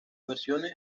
versiones